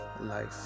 life